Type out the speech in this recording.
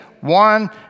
One